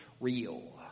real